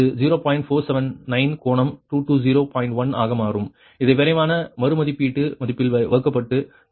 1 ஆக மாறும் இது விரைவான மறு மதிப்பீட்டு மதிப்பில் வகுக்கப்பட்டு V2 க்கு 0